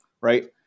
right